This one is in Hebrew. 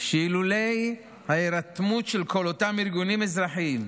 שאילולא ההירתמות של כל אותם ארגונים אזרחיים,